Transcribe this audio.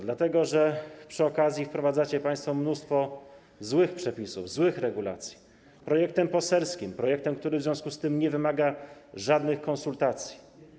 Dlatego, że przy okazji wprowadzacie państwo mnóstwo złych przepisów, złych regulacji projektem poselskim, projektem, który w związku z tym nie wymaga żadnych konsultacji.